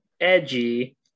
edgy